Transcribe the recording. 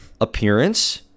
appearance